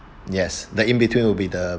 yes the in between will be the